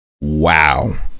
Wow